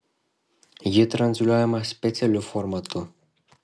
ji transliuojama specialiu formatu